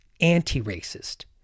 anti-racist